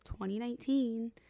2019